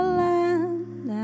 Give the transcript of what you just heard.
land